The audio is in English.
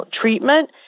Treatment